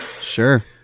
Sure